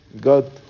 God